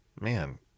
man